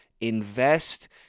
invest